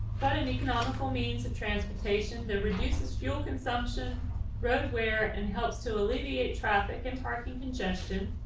but an economical means of transportation that reduces fuel consumption road where and helps to alleviate traffic and parking congestion.